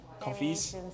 coffees